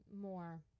more